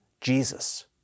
Jesus